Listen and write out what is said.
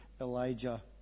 Elijah